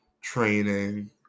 training